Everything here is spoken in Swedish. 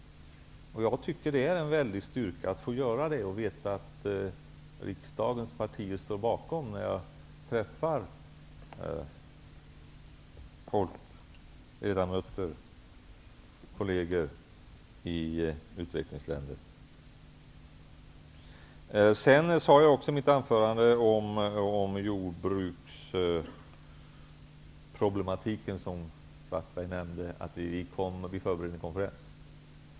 Jag tycker att det är en väldig styrka att få göra det och samtidigt veta att riksdagens partier står bakom. Det är vad jag känner när jag träffar människor -- ledamöter eller kolleger -- i utvecklingsländer. Sedan sade jag i mitt anförande beträffande jordbruksproblematiken, som Karl-Erik Svartberg nämnde, att vi förbereder en konferens.